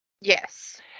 Yes